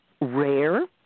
rare